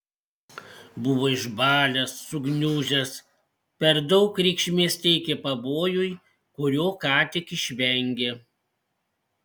buvo išbalęs sugniužęs per daug reikšmės teikė pavojui kurio ką tik išvengė